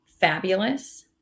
fabulous